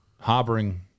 harboring